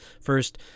First